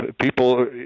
people